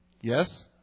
Yes